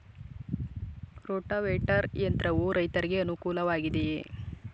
Rotavator ಯಂತ್ರವು ರೈತರಿಗೆ ಅನುಕೂಲ ವಾಗಿದೆಯೇ?